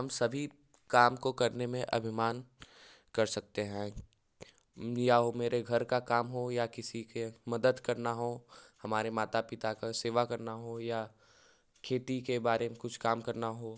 हम सभी काम को करने में अभिमान कर सकते हैं या वो मेरे घर का काम हो या किसी के मदद करना हो हमारे माता पिता का सेवा करना हो या खेती के बारे में कुछ काम करना हो